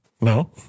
No